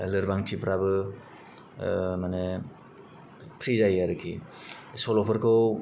लोरबांथिफ्राबो माने फ्रि जायो आरोखि सल'फोरखौ